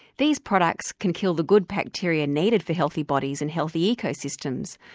these products can kill the good bacteria needed for healthy bodies and healthy ecosystems.